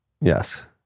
Yes